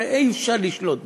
הרי אי-אפשר לשלוט בזה,